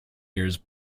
years